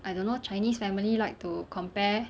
I don't know chinese family like to compare